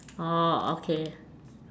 orh okay